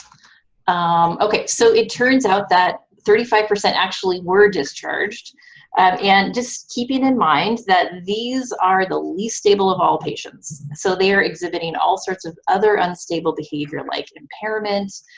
um okay, so it turns out that thirty five percent actually were discharged and just keeping in mind that these are the least stable of all patients. so they are exhibiting all sorts of other unstable behavior like impairments,